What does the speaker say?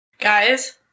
Guys